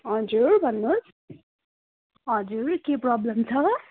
हजुर भन्नुहोस् हजुर के प्रोब्लम छ